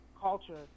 culture